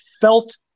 felt